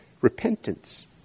Repentance